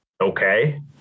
Okay